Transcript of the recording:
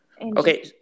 okay